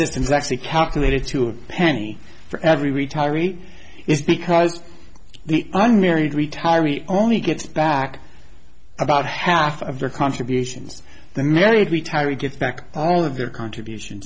system is actually calculated to a penny for every retiree is because the unmarried retiree only gets back about half of their contributions they're married retiree gets back all of their contribution